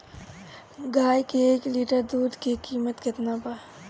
गाए के एक लीटर दूध के कीमत केतना बा?